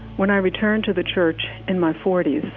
when i returned to the church in my forty s,